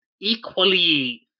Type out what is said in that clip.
equally